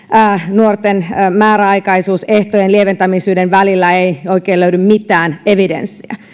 nuorten määräaikaisuusehtojen lieventämisen välillä ei oikein löydy mitään evidenssiä